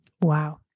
wow